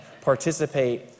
participate